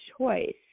choice